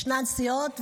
ישנן סיעות,